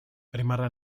rimarrà